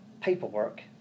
paperwork